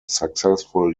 successful